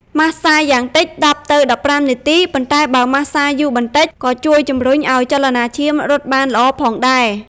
ម៉ាស្សាយ៉ាងតិច ១០ ទៅ ១៥ នាទី ប៉ុន្តែបើម៉ាស្សាយូរបន្តិចក៏ជួយជំរុញអោយចលនាឈាមរត់បានល្អផងដែរ។